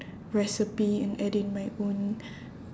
recipe and adding my own